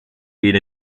feed